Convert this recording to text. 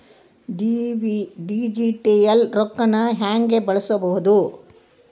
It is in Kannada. ಡಿಜಿಟಲ್ ರೊಕ್ಕನ ಹ್ಯೆಂಗ ಬಳಸ್ಕೊಬೊದು?